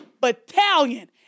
battalion